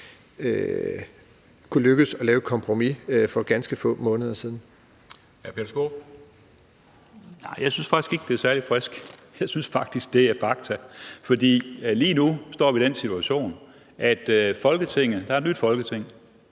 Hr. Peter Skaarup. Kl. 13:34 Peter Skaarup (DF): Jeg synes faktisk ikke, det er særlig frisk. Jeg synes faktisk, det er fakta. Lige nu står vi i den situation, at der er et nyt Folketing,